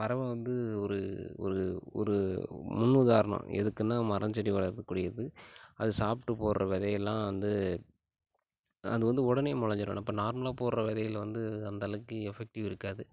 பறவை வந்து ஒரு ஒரு ஒரு முன்னுதாரணம் எதுக்குனால் மரம் செடி வளர்க்கூடியது அது சாப்பிட்டு போடுற விதையெல்லாம் வந்து அது வந்து உடனே முளஞ்சிரும் நான் இப்போ நார்மலாக போடுற விதைகள்ல வந்து அந்தளவுக்கு எஃபெக்ட்டிவ் இருக்காது